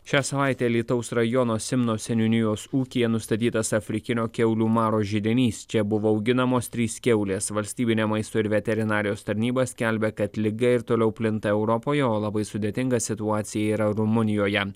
šią savaitę alytaus rajono simno seniūnijos ūkyje nustatytas afrikinio kiaulių maro židinys čia buvo auginamos trys kiaulės valstybinė maisto ir veterinarijos tarnyba skelbia kad liga ir toliau plinta europoje o labai sudėtinga situacija yra rumunijoje